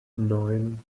neun